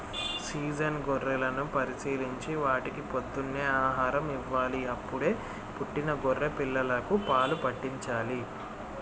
season గొర్రెలను పరిశీలించి వాటికి పొద్దున్నే ఆహారం ఇవ్వాలి, అప్పుడే పుట్టిన గొర్రె పిల్లలకు పాలు పాట్టించాలి